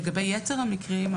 לגבי יתר המקרים,